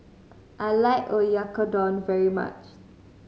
I like Oyakodon very much